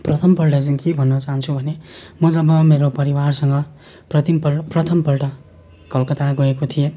प्रथमपल्ट चाहिँ के भन्न चाहन्छु भने म जम्मा मेरो परिवारसँग प्रतिमपल प्रथमपल्ट कलकत्ता गएको थिएँ